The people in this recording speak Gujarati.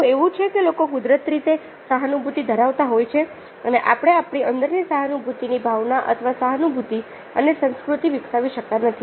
શું એવું છે કે લોકો કુદરતી રીતે સહાનુભૂતિ ધરાવતા હોય છે અને આપણે આપણી અંદર સહાનુભૂતિની ભાવના અથવા સહાનુભૂતિ અને સંસ્કૃતિ વિકસાવી શકતા નથી